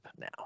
now